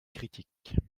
critiques